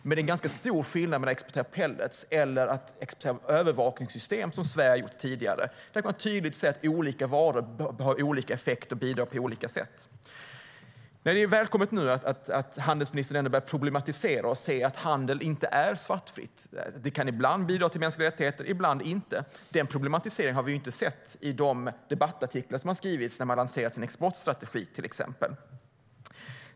Men det är ganska stor skillnad mellan att exportera pellets och att exportera övervakningssystem, som Sverige har gjort tidigare. Där har man tydligt sett hur olika varor har olika effekt och bidrar på olika sätt. Det är välkommet att handelsministern nu ändå börjar problematisera och se att handel inte är svartvitt. Det kan ibland bidra till mänskliga rättigheter och ibland inte. Denna problematisering har vi inte sett i de debattartiklar som har skrivits där man lanserar sin exportstrategi, till exempel.